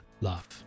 love